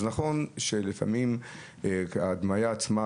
אז נכון שלפעמים ההדמיה עצמה,